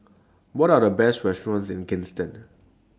What Are The Best restaurants in Kingston